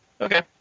Okay